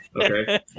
Okay